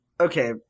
okay